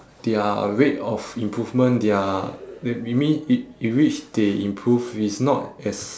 their rate of improvement their we we mean in which they improve is not as